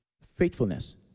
faithfulness